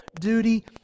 duty